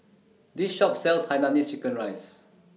This Shop sells Hainanese Chicken Rice